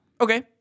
Okay